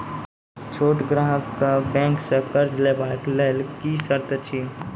छोट ग्राहक कअ बैंक सऽ कर्ज लेवाक लेल की सर्त अछि?